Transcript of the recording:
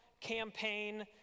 campaign